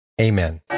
Amen